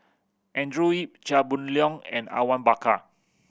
Andrew Yip Chia Boon Leong and Awang Bakar